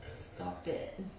stop that